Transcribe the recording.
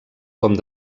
com